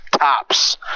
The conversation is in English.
tops